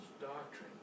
doctrine